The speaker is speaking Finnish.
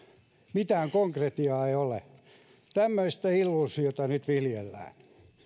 mitään konkretiaa ei ole tämmöistä illuusiota nyt viljellään